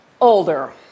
Older